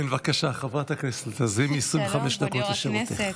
כן, בבקשה, חברת הכנסת לזימי, 25 דקות לשירותך.